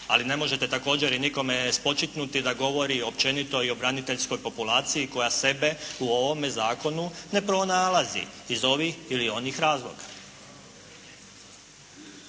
Ali ne možete također i nikome spočitnuti da govori općenito i o braniteljskoj populaciji koja sebe u ovome zakonu ne pronalazi iz ovih ili onih razloga.